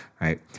right